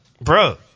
Bro